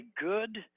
good